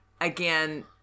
again